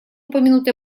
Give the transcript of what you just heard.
упомянуть